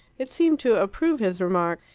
it seemed to approve his remark.